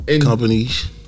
Companies